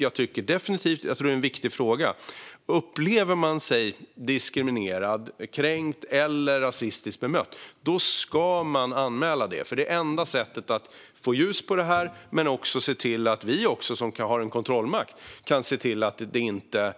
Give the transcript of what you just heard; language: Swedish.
Jag tycker definitivt - och det tror jag är en viktig fråga - att man om man upplever sig diskriminerad, kränkt eller rasistiskt bemött ska anmäla det. Det är det enda sättet att få ljus på detta men också att se till att vi som har en kontrollmakt kan motverka